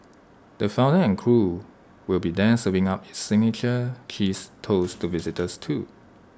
the founder and crew will be there serving up its signature cheese toast to visitors too